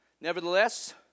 Nevertheless